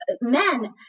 men